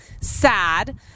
sad